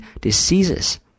diseases